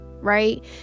right